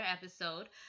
episode